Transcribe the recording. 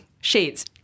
Shades